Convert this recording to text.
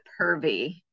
pervy